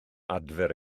adfer